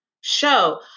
show